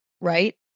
right